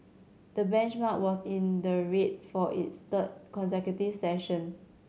the benchmark was in the red for its third consecutive session